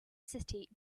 city